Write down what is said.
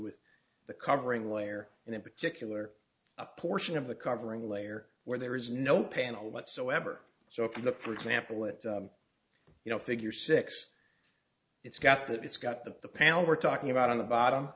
with the covering layer and in particular a portion of the covering layer where there is no panel whatsoever so if you look for example it you know figure six it's got that it's got that the panel we're talking about on the bottom